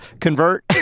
convert